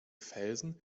felsen